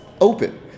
open